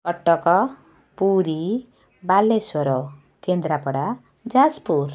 Cuttack Puri Balasore Kendrapara Jajpur